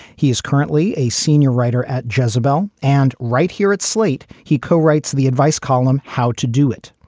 he is currently a senior writer at jezebel and right here at slate, he co writes the advice column how to do it.